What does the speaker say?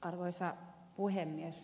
arvoisa puhemies